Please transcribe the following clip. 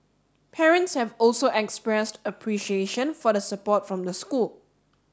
parents have also expressed appreciation for the support from the school